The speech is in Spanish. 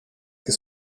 que